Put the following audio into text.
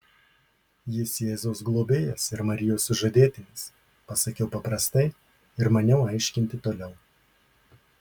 jis jėzaus globėjas ir marijos sužadėtinis pasakiau paprastai ir maniau aiškinti toliau